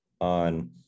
on